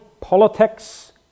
politics